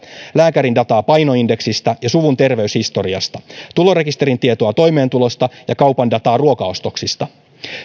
lääkärin dataa painoindeksistä ja suvun terveyshistoriasta tulorekisterin tietoa toimeentulosta ja kaupan dataa ruokaostoksista